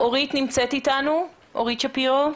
נמצאת אתנו אורית שפירו?